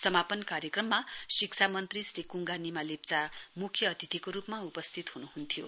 समापन कार्यक्रममा शिक्षा मन्त्री श्री कुङगा निमा लेप्चा मुख्य अतिथिको रुपमा उपस्थित हनुहन्थ्यो